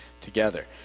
together